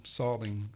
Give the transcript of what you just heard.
solving